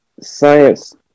science